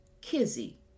Kizzy